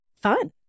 fun